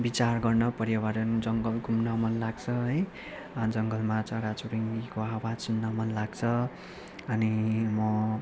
बिचार गर्न पर्यावरण जङ्गल घुम्न मन लाग्छ है जङ्गलमा चरा चुरुङ्गीको आवाज सुन्न मन लाग्छ अनि म